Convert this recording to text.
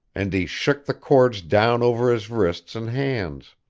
and he shook the cords down over his wrists and hands.